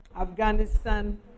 Afghanistan